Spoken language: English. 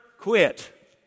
quit